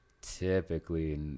typically